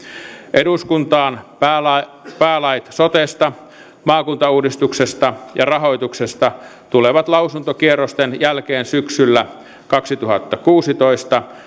eduskuntaan päälait päälait sotesta maakuntauudistuksesta ja rahoituksesta tulevat lausuntokierrosten jälkeen syksyllä kaksituhattakuusitoista